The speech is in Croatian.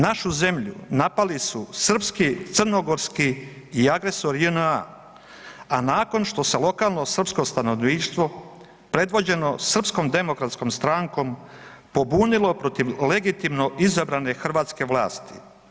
Našu zemlju napali su srpski, crnogorski i agresor JNA, a nakon što se lokalno srpsko stanovništvo predviđeno Srpskom demokratskom strankom pobunilo protiv legitimno izabrane hrvatske vlasti.